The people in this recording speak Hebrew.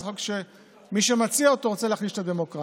זה חוק שמי שמציע אותו רוצה להחליש את הדמוקרטיה.